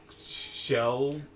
shell